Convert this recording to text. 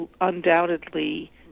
undoubtedly